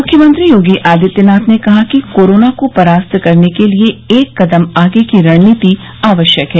मुख्यमंत्री योगी आदित्यनाथ ने कहा कि कोरोना को परास्त करने के लिये एक कदम आगे की रणनीति आवश्यक है